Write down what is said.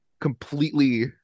completely